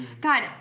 God